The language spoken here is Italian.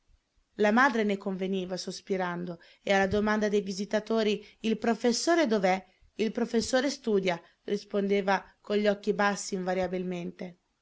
la madre ne conveniva sospirando e alla domanda dei visitatori il professore dov'è il professore studia rispondeva con gli occhi bassi invariabilmente